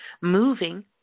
moving